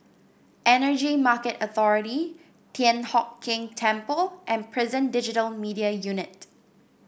Energy Market Authority Thian Hock Keng Temple and Prison Digital Media Unit